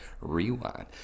Rewind